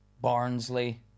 Barnsley